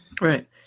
Right